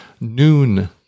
noon